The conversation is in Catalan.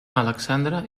alexandre